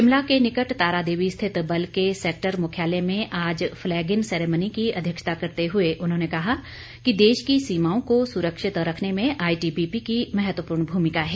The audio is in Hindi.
शिमला के निकट तारादेवी स्थित बल के सेक्टर मुख्यालय में आज फ्लैग इन सेरेमनी की अध्यक्षता करते हुए उन्होंने कहा कि देश की सीमाओं को सुरक्षित रखने में आईटीबीपी की महत्वपूर्ण भूमिका है